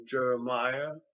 Jeremiah